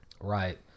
Right